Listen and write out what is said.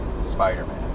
Spider-Man